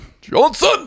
Johnson